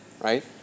Right